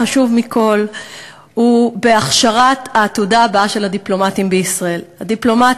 החשוב מכול הוא בהכשרת העתודה הבאה של הדיפלומטים הישראלים.